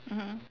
mmhmm